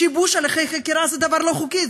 שיבוש הליכי חקירה זה דבר לא חוקי,